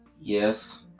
yes